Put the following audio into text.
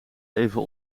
even